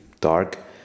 dark